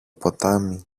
ποτάμι